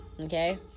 okay